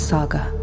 Saga